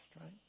right